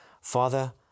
Father